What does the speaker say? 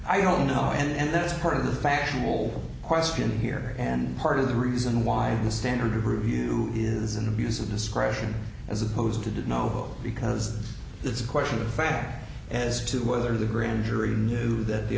i don't know how and that's part of the factual question here and part of the reason why the standard review is an abuse of discretion as opposed to did no because it's a question of fact as to whether the grand jury knew that the